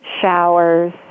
showers